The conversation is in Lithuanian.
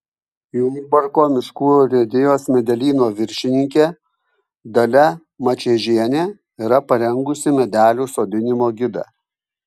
jurbarko miškų urėdijos medelyno viršininkė dalia mačiežienė yra parengusi medelių sodinimo gidą